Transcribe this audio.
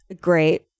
great